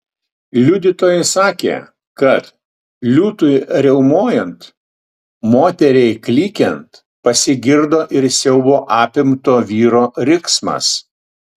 liudytojai sakė kad liūtui riaumojant moteriai klykiant pasigirdo ir siaubo apimto vyro riksmas